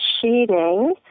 Cheating